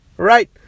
right